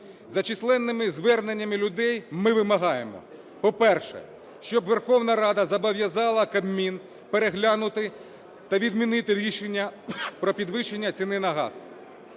За численними зверненнями людей ми вимагаємо: по-перше, щоб Верховна Рада зобов'язала Кабмін переглянути та відмінити рішення про підвищення ціни на газ.